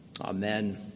Amen